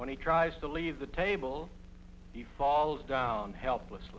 when he tries to leave the table he falls down helpless